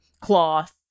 cloth